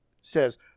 says